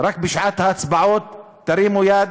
רק בשעת ההצבעות: תרימו יד,